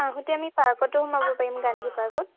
আহোঁতে আমি পাৰ্কটো সোমাৱ পাৰিম গান্ধী পাৰ্কত